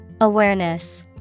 Awareness